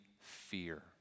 fear